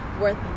worth